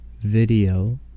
video